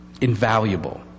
Invaluable